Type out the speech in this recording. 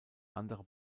andere